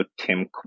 Tim